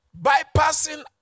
bypassing